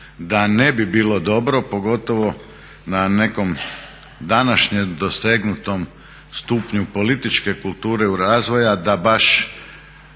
da ne bi bilo dobro, pogotovo na nekom današnjem dosegnutom stupnju političke kulture i razvoja da baš